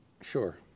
Sure